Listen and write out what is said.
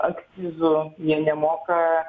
akcizų jie nemoka